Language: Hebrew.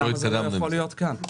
למה זה לא יכול להיות כאן?